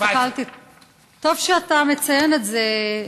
טוב שאתה מציין את זה,